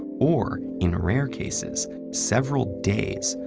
or in rare cases, several days,